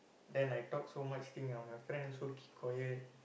then I talked so much thing ah my friend also keep quiet